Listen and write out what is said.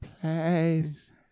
place